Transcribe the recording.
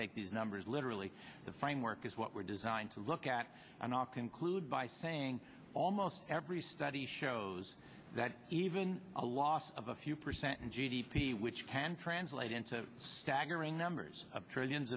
take these numbers literally the framework is what we're designed to look at and i'll conclude by saying almost every study shows that even a loss of a few percent in g d p which can translate into staggering numbers of trillions